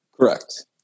Correct